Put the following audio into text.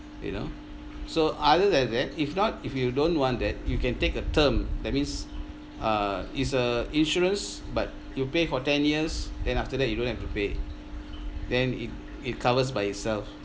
you know so other than that if not if you don't want that you can take a term that means uh it's a insurance but you pay for ten years then after that you don't have to pay then it it covers by itself